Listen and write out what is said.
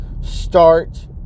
start